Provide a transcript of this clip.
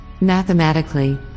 Mathematically